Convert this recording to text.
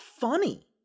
funny